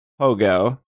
Hogo